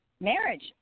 Marriage